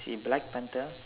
see black panther